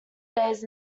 days